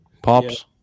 pops